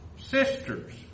sisters